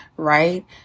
right